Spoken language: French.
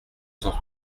cent